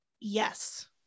yes